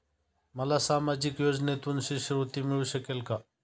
मला सामाजिक योजनेतून शिष्यवृत्ती मिळू शकेल का?